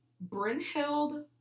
Brynhild